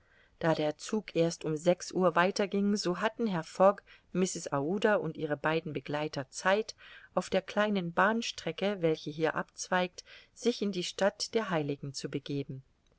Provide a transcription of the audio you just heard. da der zug erst um sechs uhr weiter ging so hatten herr fogg mrs aouda und ihre beiden begleiter zeit auf der kleinen bahnstrecke welche hier abzweigt sich in die stadt der heiligen zu begeben